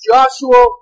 Joshua